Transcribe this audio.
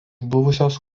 buvusios